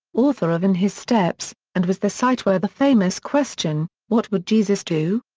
author of in his steps, and was the site where the famous question what would jesus do?